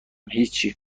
هیچی